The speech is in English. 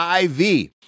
IV